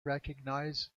recognized